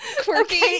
quirky